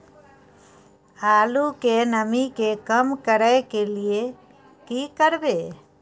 आलू के नमी के कम करय के लिये की करबै?